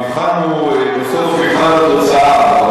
המבחן הוא בסוף מבחן התוצאה,